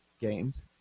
games